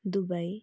Dubai